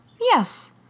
Yes